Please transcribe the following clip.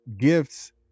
gifts